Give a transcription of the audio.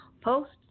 Post's